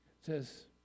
says